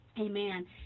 amen